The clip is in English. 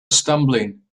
stumbling